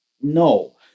no